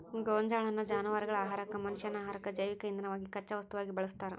ಗೋಂಜಾಳನ್ನ ಜಾನವಾರಗಳ ಆಹಾರಕ್ಕ, ಮನಷ್ಯಾನ ಆಹಾರಕ್ಕ, ಜೈವಿಕ ಇಂಧನವಾಗಿ ಕಚ್ಚಾ ವಸ್ತುವಾಗಿ ಬಳಸ್ತಾರ